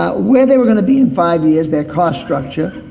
ah where they were going to be in five years, their cost structure,